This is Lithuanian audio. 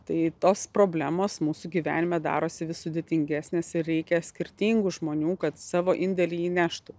tai tos problemos mūsų gyvenime darosi vis sudėtingesnės ir reikia skirtingų žmonių kad savo indėlį įneštų